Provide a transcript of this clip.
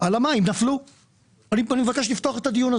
על טייס אוטומטי לפי חוק וסל מדדים,